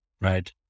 right